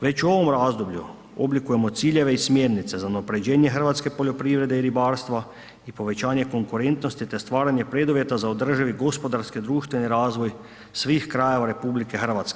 Već u ovom razdoblju oblikujemo ciljeve i smjernice za unaprjeđenje hrvatske poljoprivrede i ribarstva i povećanja konkurentnosti te stvaranje preduvjeta za održivi gospodarski i društveni razvoj svih krajeva RH.